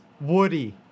Woody